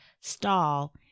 stall